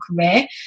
career